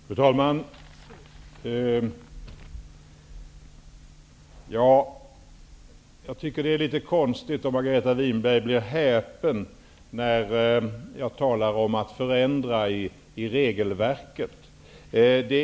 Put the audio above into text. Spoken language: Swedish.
Fru talman! Jag tycker att det är litet konstigt att Margareta Winberg blir häpen när jag talar om förändringar i regelverket.